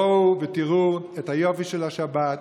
בואו ותראו את היופי של השבת.